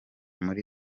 muri